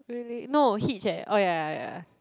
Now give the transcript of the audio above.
really no hitch eh oh ya ya ya